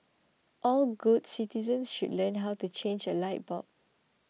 all good citizens should learn how to change a light bulb